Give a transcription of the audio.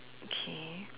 okay